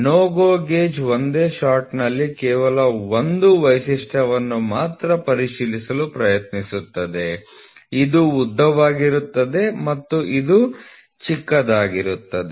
NO GO gauge ಒಂದೇ ಶಾಟ್ನಲ್ಲಿ ಕೇವಲ ಒಂದು ವೈಶಿಷ್ಟ್ಯವನ್ನು ಮಾತ್ರ ಪರಿಶೀಲಿಸಲು ಪ್ರಯತ್ನಿಸುತ್ತದೆ ಇದು ಉದ್ದವಾಗಿರುತ್ತದೆ ಮತ್ತು ಇದು ಚಿಕ್ಕದಾಗಿರುತ್ತದೆ